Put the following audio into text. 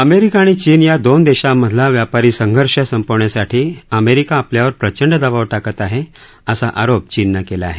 America आणि चीन या दोन देशांमधला व्यापारी संघर्ष संपवण्यासाठी अमेरिका आपल्यावर प्रचंड दबाव टाकत आहे असा आरोप चीननं केला आहे